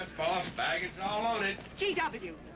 boss, baggage g w!